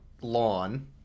lawn